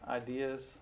ideas